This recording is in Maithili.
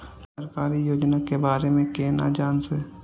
सरकारी योजना के बारे में केना जान से?